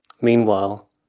Meanwhile